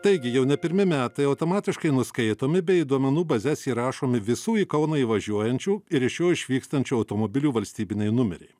taigi jau ne pirmi metai automatiškai nuskaitomi bei į duomenų bazes įrašomi visų į kauną įvažiuojančių ir iš jo išvykstančių automobilių valstybiniai numeriai